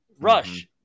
Rush